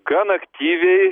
gan aktyviai